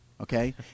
Okay